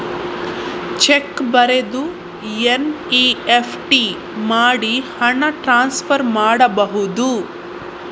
Check ಬರೆದು NEFT ಮಾಡಿ ಹಣ ಟ್ರಾನ್ಸ್ಫರ್ ಮಾಡಬಹುದು?